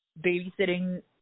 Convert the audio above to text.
babysitting